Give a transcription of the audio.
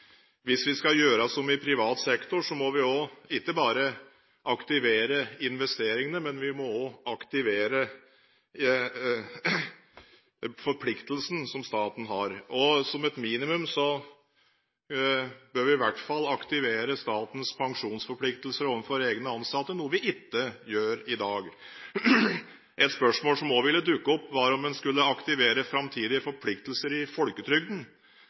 Hvis vi skal gjøre som i privat sektor, må vi ikke bare aktivere investeringene, men vi må også aktivere forpliktelsene som staten har. Som et minimum bør vi i hvert fall aktivere statens pensjonsforpliktelser overfor egne ansatte, noe vi ikke gjør i dag. Et spørsmål som også ville dukke opp, var om en skulle aktivere framtidige forpliktelser i folketrygden.